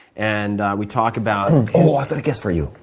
and we talk about oh, i've got a guest for you.